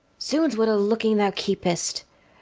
zoons, what a looking thou keepest!